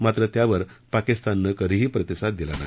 मात्र त्यावर पाकिस्ताननं आजतागायत प्रतिसाद दिला नाही